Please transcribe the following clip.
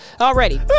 already